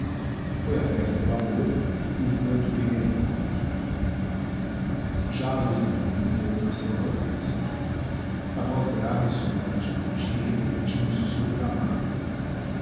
foi a festa do amor e o canto do himeneu já a luz da manhã coou na selva densa a voz grave e sonora de poti repercutiu no sussurro da mata